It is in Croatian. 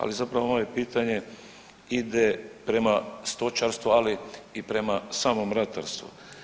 Ali zapravo moje pitanje ide prema stočarstvu, ali i prema samom ratarstvu.